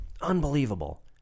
Unbelievable